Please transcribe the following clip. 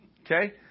Okay